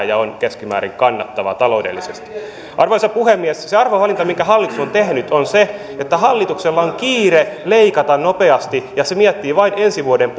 ja on keskimäärin kannattavaa taloudellisesti arvoisa puhemies se se arvovalinta minkä hallitus on tehnyt on se että hallituksella on kiire leikata nopeasti ja se miettii vain ensi vuoden